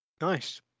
Nice